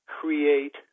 create